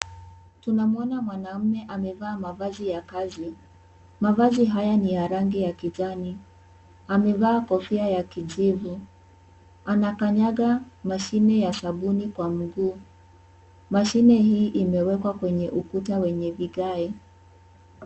Tunamuona mwanaume amevaa mavazi ya kazi, mavazi haya ni ya rangi ya kijani. Amevaa kofia ya kijivu anakanyaka mashine ya sabuni kwa mguu. Mashine hii imewekwa kwenye ukuta wenye vighae.